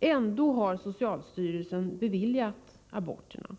Ändå har socialstyrelsen beviljat aborterna.